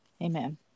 Amen